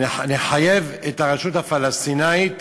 נחייב את הרשות הפלסטינית